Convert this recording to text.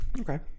Okay